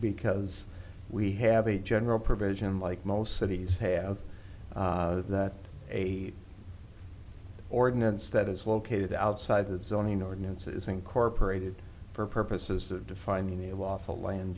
because we have a general provision like most cities have that a ordinance that is located outside that zoning ordinance is incorporated for purposes of defining a lawful land